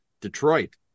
detroit